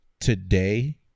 today